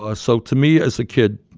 ah so, to me as a kid,